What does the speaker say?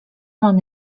mam